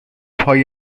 های